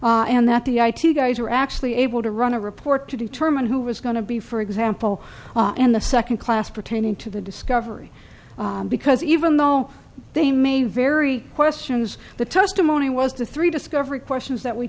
and that the i t guys are actually able to run a report to determine who was going to be for example in the second class pertaining to the discovery because even though they may very questions the testimony was the three discovery questions